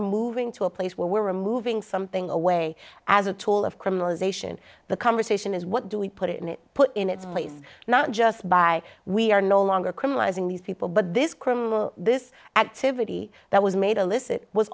moving to a place where we're removing something away as a tool of criminalization the conversation is what do we put in it put in its place not just by we are no longer criminalizing these people but this this activity that was made a licit was